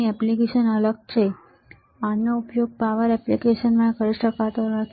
application અલગ છે આનો ઉપયોગ પાવર એપ્લિકેશન્સમાં કરી શકાતો નથી આનો ઉપયોગ પાવર એપ્લિકેશન્સમાં થઈ શકે છે